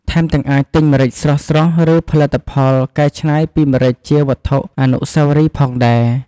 ថែមទាំងអាចទិញម្រេចស្រស់ៗ ឬផលិតផលកែច្នៃពីម្រេចជាវត្ថុអនុស្សាវរីយ៍ផងដែរ។